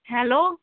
hello